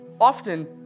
often